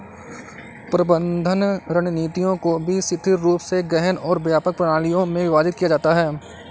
प्रबंधन रणनीतियों को भी शिथिल रूप से गहन और व्यापक प्रणालियों में विभाजित किया जाता है